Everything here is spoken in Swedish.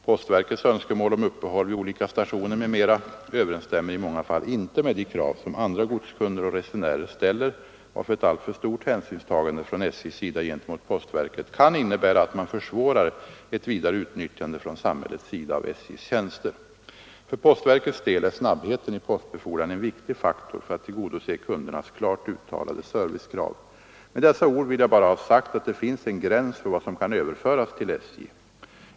Postverkets önskemål om uppehåll vid olika stationer m.m. överensstämmer i många fall inte med de krav som andra godskunder och resenärer ställer, varför ett alltför stort hänsynstagande från SJ:s sida gentemot postverket kan innebära att man försvårar ett vidare utnyttjande från samhällets sida av SJ:s tjänster. För postverkets del är snabbheten i postbefordran en viktig faktor för att tillgodose kundernas klart uttalade servicekrav. Med dessa ord vill jag bara ha sagt att det finns en gräns för vad som kan överföras till SJ.